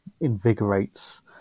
invigorates